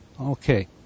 Okay